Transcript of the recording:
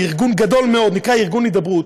ארגון גדול מאוד שנקרא ארגון הידברות,